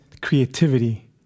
creativity